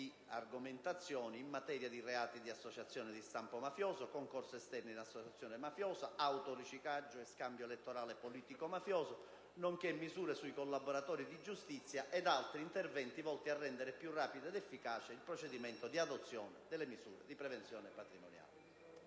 di legge in materia di reati di associazione di stampo mafioso, concorso esterno in associazione mafiosa, autoriciclaggio e scambio elettorale-politico mafioso, nonché misure sui collaboratori di giustizia ed altri interventi volti a rendere più rapido ed efficace il procedimento di adozione delle misure di prevenzione patrimoniale.